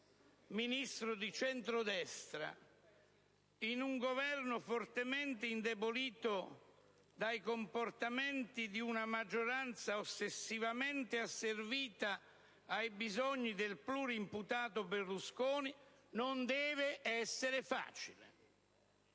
Ministro di centrodestra, in un Governo fortemente indebolito dai comportamenti di una maggioranza ossessivamente asservita ai bisogni del plurimputato Berlusconi, non deve essere facile.